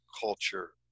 culture